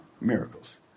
miracles